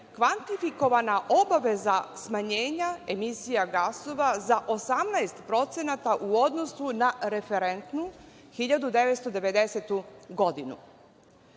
kvantifikovana obaveza smanjenja emisija gasova za 18% u odnosu na referentnu 1990.